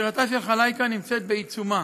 חקירתה של חלאיקה נמצאת בעיצומה.